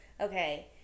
Okay